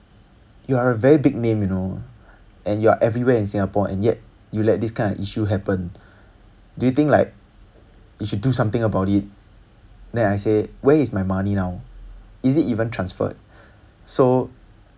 you are a very big name you know and you are everywhere in singapore and yet you let this kind of issue happened do you think like you should do something about it then I said where is my money now is it even transferred so